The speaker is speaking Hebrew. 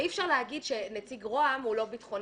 אי אפשר להגיד שנציג ראש הממשלה הוא לא ביטחוניסטי